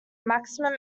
maximum